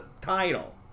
title